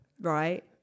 Right